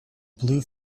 blue